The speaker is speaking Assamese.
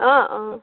অঁ অঁ